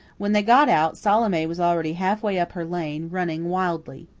when they got out, salome was already half-way up her lane, running wildly.